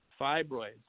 fibroids